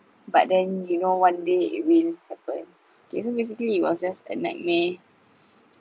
but then you know one day it will happen kay basically it was just a nightmare